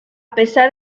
pesar